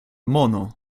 mono